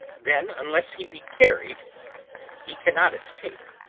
then, unless he be carried he cannot escape.